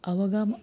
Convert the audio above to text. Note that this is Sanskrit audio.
अवगमः